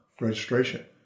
registration